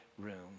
room